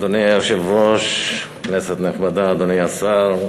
אדוני היושב-ראש, כנסת נכבדה, אדוני השר,